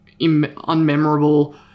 unmemorable